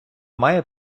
має